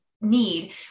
need